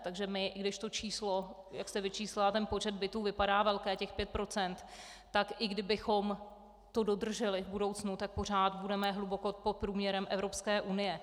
Takže i když to číslo, jak jste vyčíslila ten počet bytů, vypadá velké, těch pět procent, tak i kdybychom to dodrželi v budoucnu, tak pořád budeme hluboko pod průměrem Evropské unie.